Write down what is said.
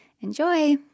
Enjoy